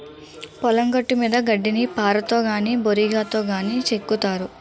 పొలం గట్టుమీద గడ్డిని పారతో గాని బోరిగాతో గాని సెక్కుతారు